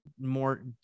more